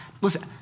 Listen